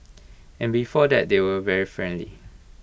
and before that they were very friendly